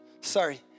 Sorry